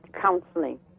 counseling